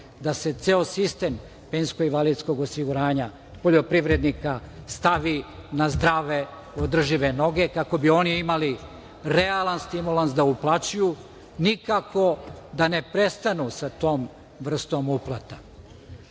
da se ceo sistem penzijsko invalidskog osiguranja poljoprivrednika stavi na zdrave održive noge, kako bi oni imali realan stimulans da uplaćuju, nikako da ne prestanu sa tom vrstom uplata.